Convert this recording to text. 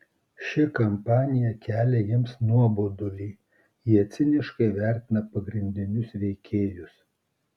ši kampanija kelia jiems nuobodulį jie ciniškai vertina pagrindinius veikėjus